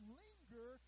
linger